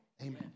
Amen